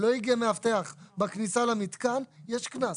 לא הגיע מאבטח בכניסה למתקן, יש קנס.